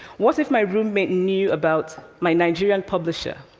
what if my roommate knew about my nigerian publisher,